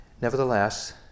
Nevertheless